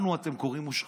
לנו אתם קוראים מושחתים?